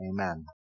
Amen